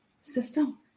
system